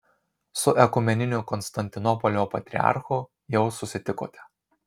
su ekumeniniu konstantinopolio patriarchu jau susitikote